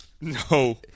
No